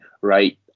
right